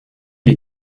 les